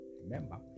remember